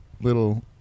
little